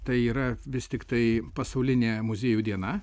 tai yra vis tiktai pasaulinė muziejų diena